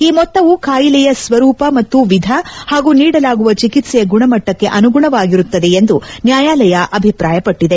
ಈ ಮೊತ್ತವು ಕಾಯಿಲೆಯ ಸ್ವರೂಪ ಮತ್ತು ವಿಧ ಹಾಗೂ ನೀಡಲಾಗುವ ಚಿಕಿತ್ಸೆಯ ಗುಣಮಟ್ಟಕ್ಕೆ ಅನುಗುಣವಾಗಿರುತ್ತದೆ ಎಂದು ನ್ಯಾಯಾಲಯ ಅಭಿಪ್ರಾಯಪಟ್ಟಿದೆ